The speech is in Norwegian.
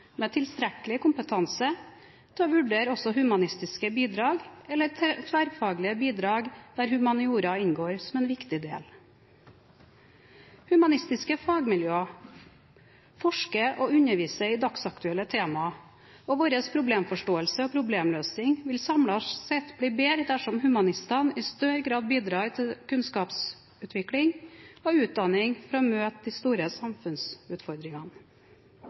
med tilstrekkelig kompetanse til å vurdere også humanistiske bidrag eller tverrfaglige bidrag der humaniora inngår som en viktig del. Humanistiske fagmiljøer forsker på og underviser i dagsaktuelle temaer, og vår problemforståelse og problemløsning vil samlet sett bli bedre dersom humanistene i større grad bidrar til kunnskapsutvikling og utdanning for å møte de store samfunnsutfordringene.